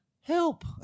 help